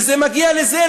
וזה מגיע לזה,